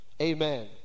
amen